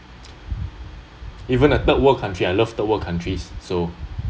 even a third world country I love third world countries so